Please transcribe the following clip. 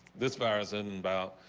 this virus and about.